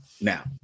Now